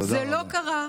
זה לא קרה.